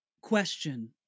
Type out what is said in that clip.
question